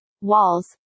walls